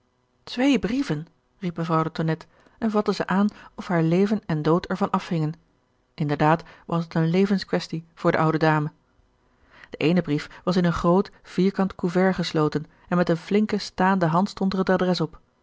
twee brieven riep mevrouw de tonnette en vatte ze aan of haar leven en dood er van afhingen inderdaad was het eene levens quaestie voor de oude dame de eene brief was in een groot vierkant couvert gesloten en met een flinke staande hand stond er het adres op